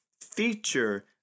feature